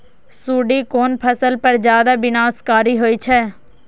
सुंडी कोन फसल पर ज्यादा विनाशकारी होई छै?